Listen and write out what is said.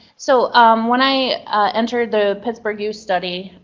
so when i entered the pittsburgh youth study